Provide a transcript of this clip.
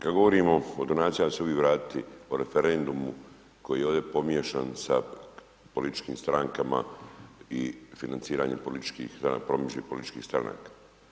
Kad govorimo o donacijama, hajmo se mi vratiti o referendumu koji je ovdje pomiješan sa političkim strankama i financiranjem političkih, promidžbi političkih stranaka.